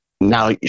Now